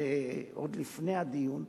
עוד לפני הדיון,